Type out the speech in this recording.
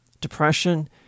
depression